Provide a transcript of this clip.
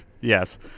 Yes